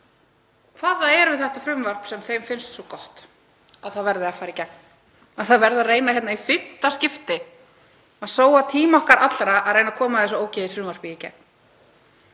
hvað það er við þetta frumvarp sem þeim finnst svo gott að það verði að fara hér í gegn, að það verði að reyna í fimmta skipti að sóa tíma okkar allra við að reyna að koma þessu ógeðsfrumvarpi í gegn.